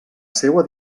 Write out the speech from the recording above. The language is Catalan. seua